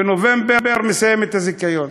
בנובמבר מסיים את הזיכיון,